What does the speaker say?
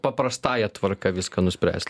paprastąja tvarka viską nuspręsit